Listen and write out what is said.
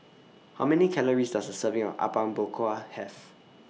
How Many Calories Does A Serving of Apom Berkuah Have